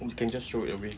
you can just throw it away